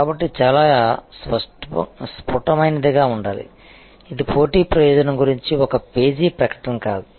కాబట్టి ఇది చాలా స్ఫుటమైనదిగా ఉండాలి ఇది పోటీ ప్రయోజనం గురించి ఒక పేజీ ప్రకటన కాదు